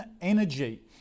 energy